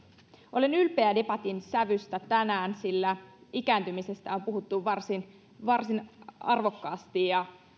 olen ylpeä debatin sävystä tänään sillä ikääntymisestä on puhuttu varsin varsin arvokkaasti